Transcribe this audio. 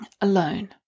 alone